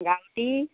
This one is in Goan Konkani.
गांवटी